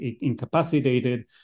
incapacitated